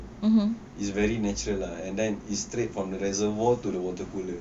is very nature lah and then it's straight from the reservoir to the water cooler